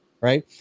right